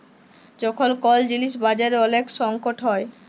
যখল কল জিলিস বাজারে ওলেক সংকট হ্যয়